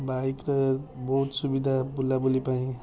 ବାଇକ୍ରେ ବହୁତ ସୁବିଧା ବୁଲା ବୁଲି ପାଇଁ